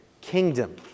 kingdom